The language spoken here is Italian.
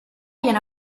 viene